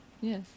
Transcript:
Yes